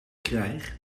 krijg